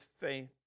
faith